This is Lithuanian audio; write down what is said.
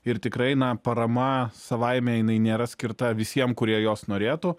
ir tikrai na parama savaime jinai nėra skirta visiem kurie jos norėtų